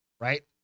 right